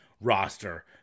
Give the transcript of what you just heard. roster